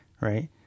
right